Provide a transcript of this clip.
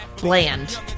Bland